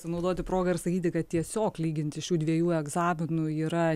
pasinaudoti proga ir sakyti kad tiesiog lyginti šių dviejų egzaminų yra